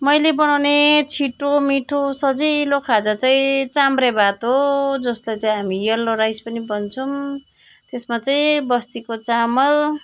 मैले बनाउने छिटो मिठो सजिलो खाजा चाहिँ चाम्रे भात हो जसलाई चाहिँ हामी यल्लो राइस पनि भन्छौँ त्यसमा चाहिँ बस्तीको चामल